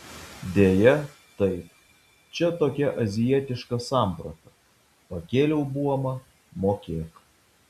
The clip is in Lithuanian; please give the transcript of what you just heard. deja taip čia tokia azijietiška samprata pakėliau buomą mokėk